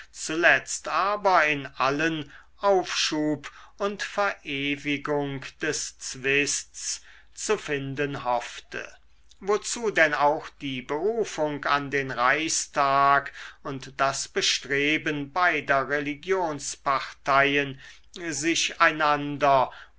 zuletzt aber in allen aufschub und verewigung des zwists zu finden hoffte wozu denn auch die berufung an den reichstag und das bestreben beider religionsparteien sich einander